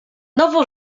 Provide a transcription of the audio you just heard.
nowo